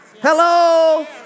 Hello